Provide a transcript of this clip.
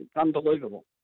unbelievable